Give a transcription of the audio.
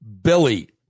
Billy